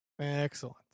Excellent